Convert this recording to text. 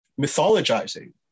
mythologizing